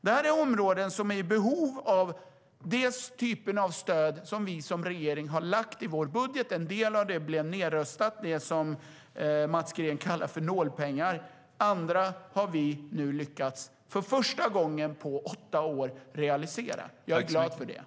Detta är områden som är i behov av den typ av stöd som regeringen har med i vår budget. En del av det blev nedröstat, det som Mats Green kallar för nålpengar. Annat har vi nu för första gången på åtta år lyckats realisera. Jag är glad för det.